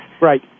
Right